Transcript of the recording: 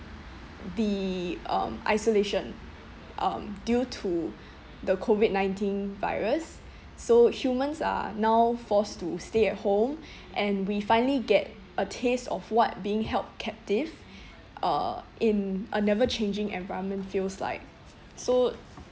the um isolation um due to the COVID nineteen virus so humans are now forced to stay at home and we finally get a taste of what being held captive uh in a never changing environment feels like so